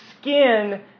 skin